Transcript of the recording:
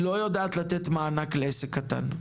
היא לא יודעת לתת מענק לעסק קטן,